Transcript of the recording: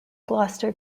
gloucester